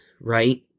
right